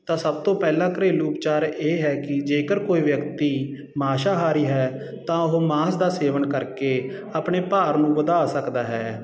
ਤਾਂ ਸਭ ਤੋਂ ਪਹਿਲਾਂ ਘਰੇਲੂ ਉਪਚਾਰ ਇਹ ਹੈ ਕਿ ਜੇਕਰ ਕੋਈ ਵਿਅਕਤੀ ਮਾਸਾਹਾਰੀ ਹੈ ਤਾਂ ਉਹ ਮਾਸ ਦਾ ਸੇਵਨ ਕਰਕੇ ਆਪਣੇ ਭਾਰ ਨੂੰ ਵਧਾ ਸਕਦਾ ਹੈ